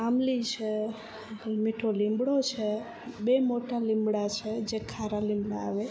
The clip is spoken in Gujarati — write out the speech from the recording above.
આંબલી છે મીઠો લીમડો છે બે મોટા લીમડા છે જે ખારા લીમડા આવે